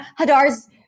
Hadar's